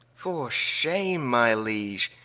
for shame, my liege,